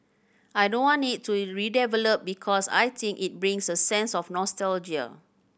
I don't want it to redeveloped because I think it brings a sense of nostalgia